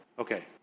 Okay